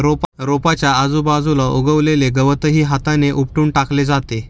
रोपाच्या आजूबाजूला उगवलेले गवतही हाताने उपटून टाकले जाते